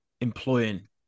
employing